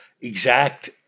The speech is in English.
exact